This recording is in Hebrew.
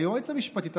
היועץ המשפטי,